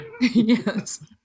Yes